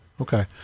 Okay